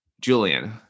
Julian